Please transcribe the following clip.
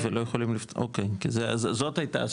ולא יכולים, אוקיי, כי זאת הייתה השאלה.